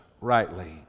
rightly